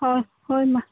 ᱦᱚᱸ ᱦᱳᱭ ᱢᱟ